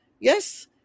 Yes